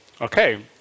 okay